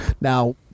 now